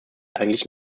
eigentlich